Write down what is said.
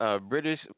British